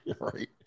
Right